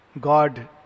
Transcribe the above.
God